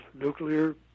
nuclear